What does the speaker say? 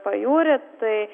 pajūrį tai